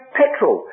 petrol